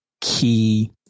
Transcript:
key